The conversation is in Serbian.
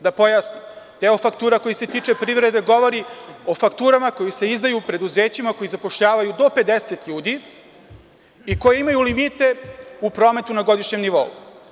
Da pojasnim, deo faktura koje se tiče privrede govori o fakturama koje se izdaju preduzećima koji zapošljavaju do 50 ljudi i koji imaju limite u prometu na godišnjem novu.